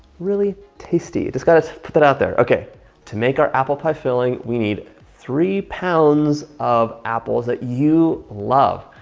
really tasty. just gotta put that out there. okay to make our apple pie filling we need three pounds of apples that you love.